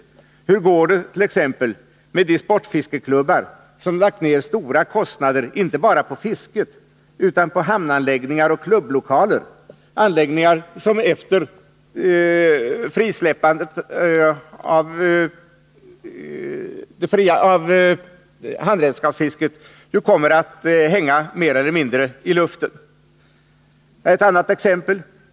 Hur går det t.ex. med de sportfiskeklubbar, som lagt ned stora kostnader inte bara på fisket utan också på hamnanläggningar och klubblokaler, anläggningar som efter frisläppandet av handredskapsfisket kommer att hänga mer eller mindre i luften? Här är ett annat exempel.